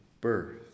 birth